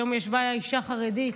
היום ישבה אישה חרדית.